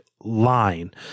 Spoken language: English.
line